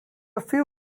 few